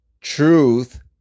truth